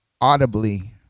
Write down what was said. audibly